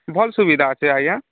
ଭଲ ସୁବିଧା ଅଛି ଆଜ୍ଞା